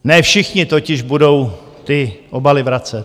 Ne všichni totiž budou ty obaly vracet.